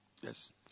Yes